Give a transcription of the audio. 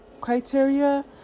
criteria